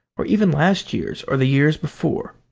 or even last year's or the year's before.